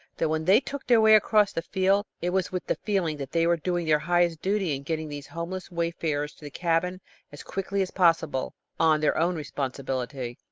that when they took their way across the field, it was with the feeling that they were doing their highest duty in getting these homeless wayfarers to the cabin as quickly as possible, on their own responsibility.